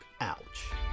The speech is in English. Ouch